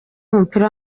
w’umupira